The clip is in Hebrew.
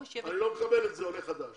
אני לא מקבל את זה שזה עולה חדש.